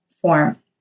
form